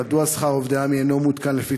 מדוע שכר עובדי עמ"י אינו מעודכן לפי